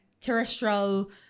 terrestrial